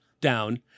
down